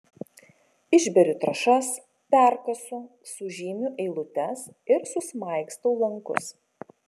išberiu trąšas perkasu sužymiu eilutes ir susmaigstau lankus